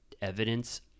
evidence